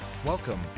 Welcome